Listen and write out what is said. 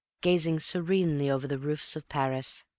gazing serenely over the roofs of paris.